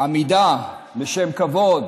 והעמידה לשם כבוד,